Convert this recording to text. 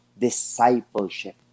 discipleship